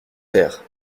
faire